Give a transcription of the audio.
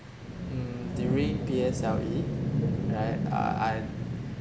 mm during P_S_L_E right uh I